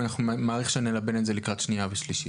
אני מעריך שנלבן את זה לקראת הקריאה השנייה והשלישית.